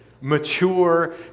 mature